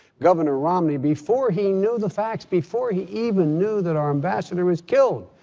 governor romney, before he knew the facts, before he even knew that our ambassador was killed,